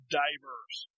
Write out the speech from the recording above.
diverse